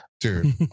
Dude